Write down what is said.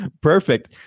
perfect